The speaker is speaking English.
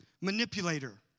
manipulator